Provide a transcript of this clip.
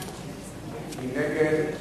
מי נגד?